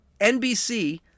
NBC